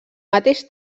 mateix